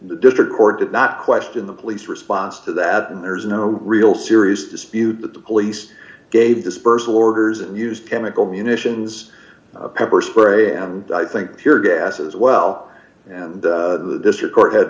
the district court did not question the police response to that and there's no real serious dispute that the police gave dispersal orders d and used chemical munitions pepper spray and i think pure gas as well and the district court had